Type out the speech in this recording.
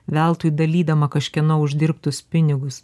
veltui dalydama kažkieno uždirbtus pinigus